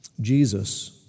Jesus